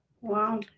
Wow